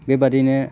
बेबादिनो